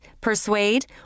persuade